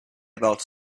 about